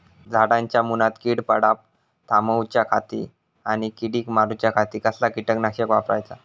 झाडांच्या मूनात कीड पडाप थामाउच्या खाती आणि किडीक मारूच्याखाती कसला किटकनाशक वापराचा?